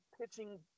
pitching